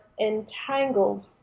entangled